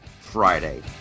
Friday